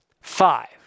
Five